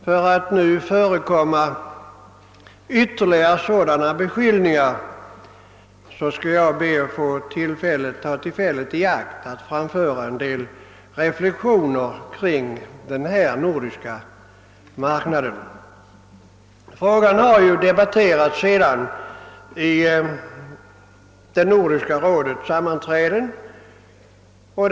För att nu förebygga ytterligare sådana beskylningar skall jag be att få ta detta tillfälle i akt att framföra några reflexioner kring frågan om den nordiska marknaden. Frågan har efter årets remissdebatt debatterats i Nordiska rådets session.